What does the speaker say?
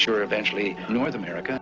sure eventually north america